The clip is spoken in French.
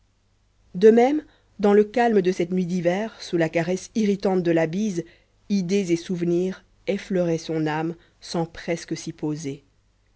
de même dans le calme de cette nuit d'hiver sous la caresse irritante de la bise idées et souvenirs effleuraient son âme sans presque s'y poser